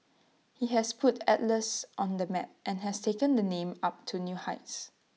he has put Atlas on the map and has taken the name up to new heights